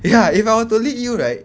ya if I were to lick you right